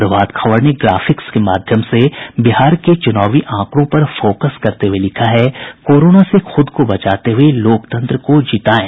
प्रभात खबर ने ग्राफिक्स के माध्यम से बिहार के चुनावी आंकड़ों पर फोकस करते हुये लिखा है कोरोना से खुद को बचाते हुये लोकतंत्र को जितायें